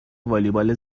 والیبال